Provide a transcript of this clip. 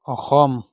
Assam